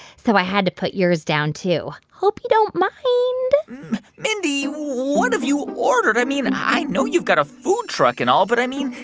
so i had to put yours down, too. hope you don't mind mindy, what have you ordered? i mean, i know you've got a food truck and all, but, i mean,